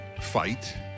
fight